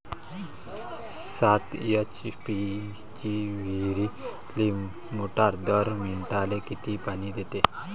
सात एच.पी ची विहिरीतली मोटार दर मिनटाले किती पानी देते?